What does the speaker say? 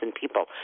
people